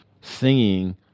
singing